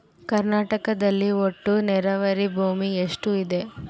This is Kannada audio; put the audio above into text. ಕರ್ನಾಟಕದಲ್ಲಿ ಒಟ್ಟು ನೇರಾವರಿ ಭೂಮಿ ಎಷ್ಟು ಇದೆ?